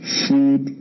food